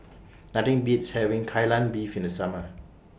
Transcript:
Nothing Beats having Kai Lan Beef in The Summer